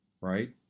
Right